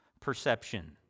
perception